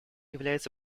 является